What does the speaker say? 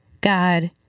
God